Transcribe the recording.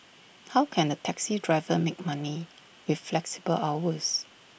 how can A taxi driver make money with flexible hours